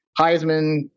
Heisman